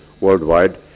worldwide